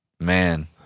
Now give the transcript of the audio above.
Man